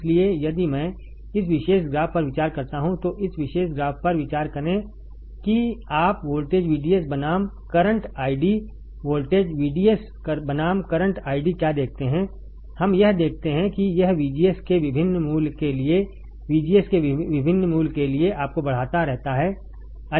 इसलिए यदि मैं इस विशेष ग्राफ पर विचार करता हूं तो इस विशेष ग्राफ पर विचार करें कि आप वोल्टेज VDS बनाम करंट आईडी वोल्टेज VDS बनाम करंट आईडी क्या देखते हैं हम यह देखते हैं कि यह VGS के विभिन्न मूल्य के लिए VGS के विभिन्न मूल्य के लिए आपको बढ़ाता रहता है